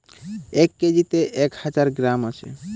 এক কেজিতে এক হাজার গ্রাম আছে